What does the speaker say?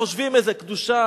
חושבים איזה קדושה,